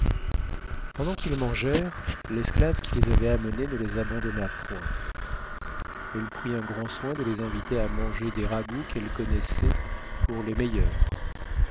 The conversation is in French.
pendant qu'ils mangèrent l'esclave qui les avait amenés ne les abandonna point elle prit un grand soin de les inviter à manger des ragoûts qu'elle connaissait pour les meilleurs